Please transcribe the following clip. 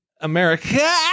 America